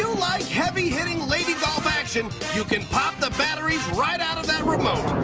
like heavy-hitting lady golf action, you can pop the batteries right out of that remote!